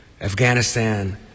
Afghanistan